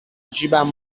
جیبم